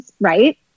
right